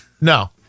No